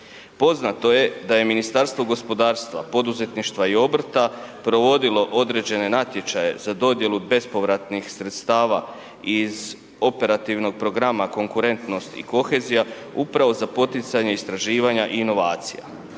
Poznato je da je Ministarstvo gospodarstva, poduzetništva i obrta provodilo određene natječaje za dodjelu bespovratnih sredstava iz operativnog programa Konkurentnost i kohezija, upravo za poticanje istraživanja i inovacija.